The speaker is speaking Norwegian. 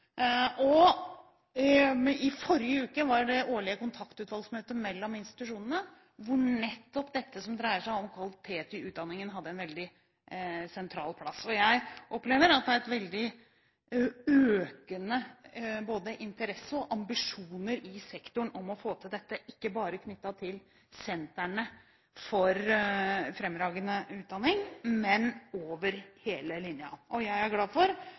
I forrige uke var det årlige kontaktutvalgsmøtet mellom institusjonene, hvor nettopp dette som dreier seg om kvalitet i utdanningen, hadde en veldig sentral plass. Jeg opplever at det er veldig økende både interesse og ambisjoner i sektoren om å få til dette, ikke bare knyttet til sentrene for fremragende utdanning, men over hele linjen. Jeg er glad for